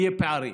יהיו פערים.